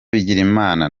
bigirimana